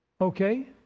Okay